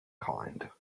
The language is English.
kind